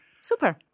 Super